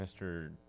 Mr